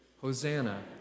Hosanna